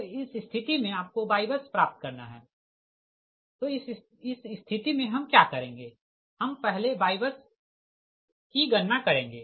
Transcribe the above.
तो इस स्थिति मे आपको YBUS प्राप्त करना है इस स्थिति मे हम क्या करेंगे हम पहले YBUS की गणना करेंगे